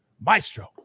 Maestro